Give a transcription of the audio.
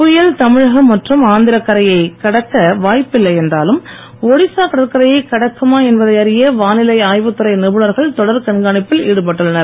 புயல் தமிழக மற்றும் ஆந்திரக் கரையை புயல் கடக்க வாய்ப்பில்லை என்றாலும் ஒடிசா கடற்கரையைக் கடக்குமா என்பதை அறிய வானிலை ஆய்வுத்துறை நிபுணர்கள் தொடர் கண்காணிப்பில் ஈடுபட்டுள்ளனர்